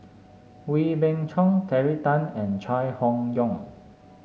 Wee Beng Chong Terry Tan and Chai Hon Yoong